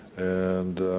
and